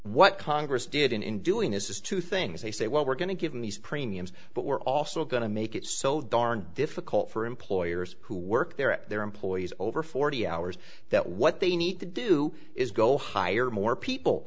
what congress did in doing this is two things they say well we're going to give me premiums but we're also going to make it so darned difficult for employers who work there at their employees over forty hours that what they need to do is go hire more people